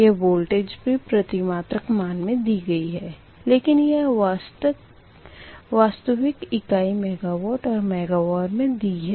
यह वोल्टेज भी प्रतिमात्रक मान मे दी गयी है लेकिन यह वास्तविक इकाई मेगावाट और मेगावार मे दी है